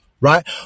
right